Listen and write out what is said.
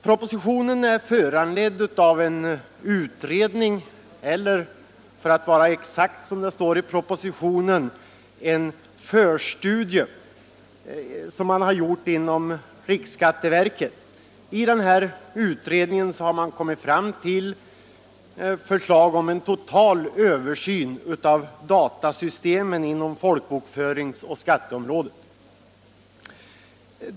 Propositionen är föranledd av en utredning — eller, som det står i propositionen, en ”förstudie” — som har gjorts inom riksskatteverket. I denna utredning har man kommit fram till ett förslag om en total översyn av datasystemen inom folkbokföringsoch skatteområdet.